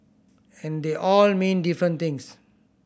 and they all mean different things